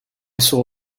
saw